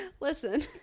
Listen